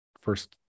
first